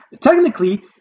technically